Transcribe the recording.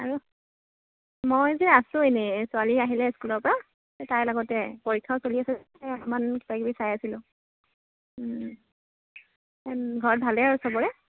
আৰু মই যে আছোঁ এনেই ছোৱালী আহিলে স্কুলৰপৰা তাইৰ লগতে পৰীক্ষাও চলি আছে অকণমান কিবা কিবি চাই আছিলোঁ ঘৰত ভালেই আৰু চবৰে